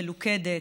מלוכדת,